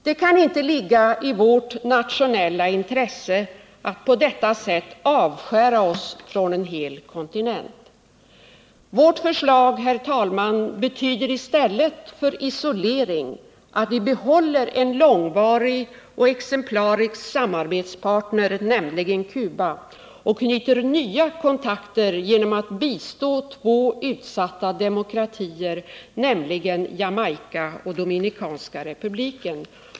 Det kan inte ligga i vårt nationella intresse att på detta sätt avskära oss från en hel kontinent. Vårt förslag, herr talman, betyder i stället för isolering att vi behåller en långvarig och exemplarisk samarbetspartner, nämligen Cuba, och knyter nya kontakter genom att bistå två utsatta demokratier, nämligen Jamaica och Dominikanska republiken.